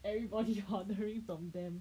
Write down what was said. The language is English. everybody ordering from them